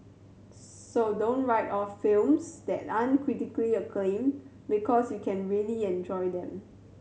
so don't write off films that aren't critically acclaimed because you can really enjoy them